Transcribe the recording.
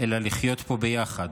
אלא לחיות פה ביחד.